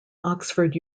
oxford